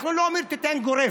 אנחנו לא אומרים שתיתן גורף,